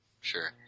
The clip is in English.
Sure